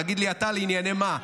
תגיד לי אתה לענייני מה,